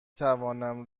توانم